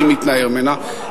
אני מתנער ממנה,